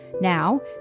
Now